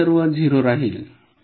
तर हे सर्व 0 राहील